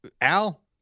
Al